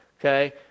okay